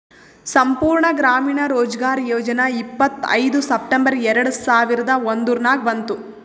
ಸಂಪೂರ್ಣ ಗ್ರಾಮೀಣ ರೋಜ್ಗಾರ್ ಯೋಜನಾ ಇಪ್ಪತ್ಐಯ್ದ ಸೆಪ್ಟೆಂಬರ್ ಎರೆಡ ಸಾವಿರದ ಒಂದುರ್ನಾಗ ಬಂತು